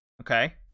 Okay